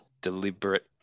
deliberate